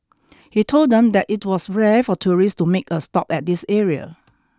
he told them that it was rare for tourists to make a stop at this area